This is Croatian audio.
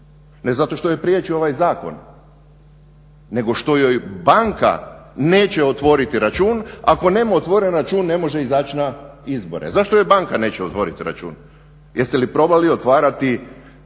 Ne zato što je priječi ovaj zakon nego što joj banka neće otvoriti račun ako nema otvoren račun ne može izaći na izbore. Zašto joj banka neće otvoriti račun? Jeste li probali otvarati račune